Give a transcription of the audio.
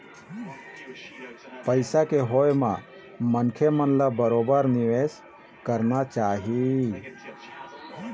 पइसा के होय म मनखे मन ल बरोबर निवेश करना चाही